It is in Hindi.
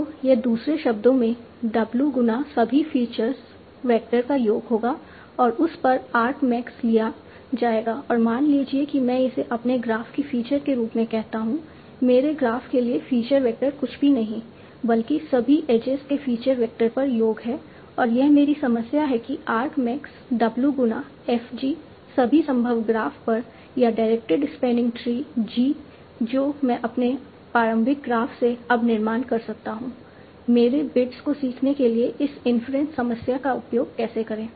तो यह दूसरे शब्दों में w गुना सभी फ़ीचर वैक्टर का योग होगा और उस पर आर्कमैक्स लिया जाएगा और मान लीजिए कि मैं इसे अपने ग्राफ की फ़ीचर के रूप में कहता हूं मेरे ग्राफ के लिए फ़ीचर वेक्टर कुछ भी नहीं बल्कि सभी एजेज के फ़ीचर वैक्टर पर योग है और यह मेरी समस्या है आर्कमैक्स w गुना f G सभी संभव ग्राफ पर या डायरेक्टेड स्पैनिंग ट्री g जो मैं अपने प्रारंभिक ग्राफ से अब निर्माण कर सकता हूं मेरे बिट्स को सीखने के लिए इस इन्फ्रेंस समस्या का उपयोग कैसे करें